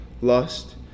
lust